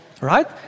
Right